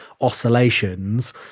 oscillations